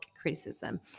criticism